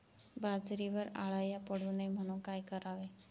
बाजरीवर अळ्या पडू नये म्हणून काय करावे?